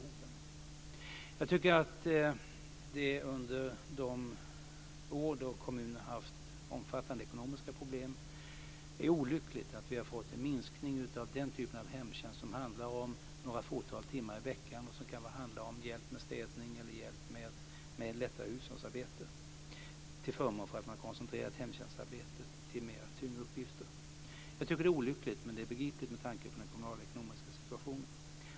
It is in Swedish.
Jag tycker att det är olyckligt att vi, under de år då kommunerna haft omfattande ekonomiska problem, har fått en minskning av den typ av hemtjänst som handlar om ett fåtal timmar i veckan som kan handla om hjälp med städning eller lättare hushållsarbete till förmån för att man koncentrerat hemtjänstarbetet till tyngre uppgifter. Jag tycker att det är olyckligt, men det är begripligt med tanke på den kommunalekonomiska situationen.